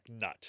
nut